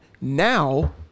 Now